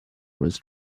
was